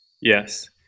Yes